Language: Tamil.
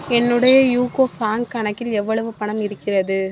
என்னுடைய யூகோ ஃபான் கணக்கில் எவ்வளவு பணம் இருக்கிறது